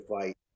fight